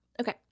Okay